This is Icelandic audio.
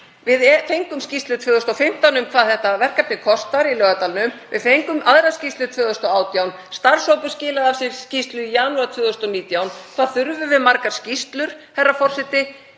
Við fengum skýrslu 2015 um hvað þetta verkefni kostar í Laugardalnum, við fengum aðra skýrslu 2018, starfshópur skilaði af sér skýrslu í janúar 2019. Hvað þurfum við margar skýrslur, herra forseti,